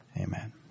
Amen